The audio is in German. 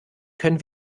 können